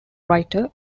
writer